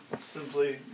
Simply